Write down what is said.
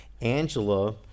Angela